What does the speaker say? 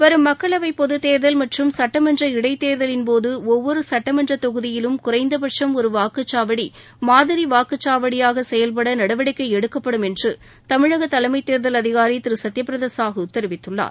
வரும் மக்களவைபொதுத் தேர்தல் மற்றும் சட்டமன்ற இடைத்தேர்தலின் போதுடுவ்வொருசட்டமன்றத் தொகுதியிலும் குறைந்தபட்சம் ஒருவாக்குச்சாவடி மாதிரிவாக்குச்சாவடியாகசெயல்படநடவடிக்கைஎடுக்கப்படும் என்றுதமிழகதலைமைத் தேர்தல் அதிகாரிதிருகத்யபிரதாசாஹூ தெரிவித்துள்ளார்